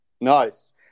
Nice